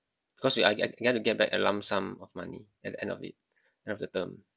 because we are get~ we get to get back a lump sum of money at the end of it end of the term